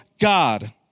God